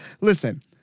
Listen